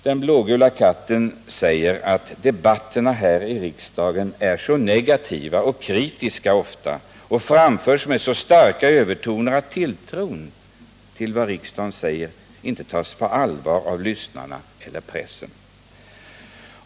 Den blågula katten anser att debatterna här i riksdagen ofta är så negativa och kritiska och framförs med så starka övertoner att tilltron till vad riksdagen säger icke tas på allvar av lyssnarna eller pressen.